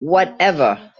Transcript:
whatever